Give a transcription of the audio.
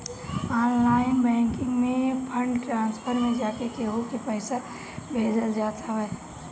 online banking में fund transfer में जाके केहू के पईसा भेजल जात हवे